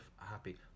happy